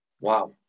Wow